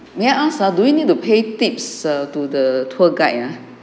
May I ask ah do you need to pay tips err to the tour guide ah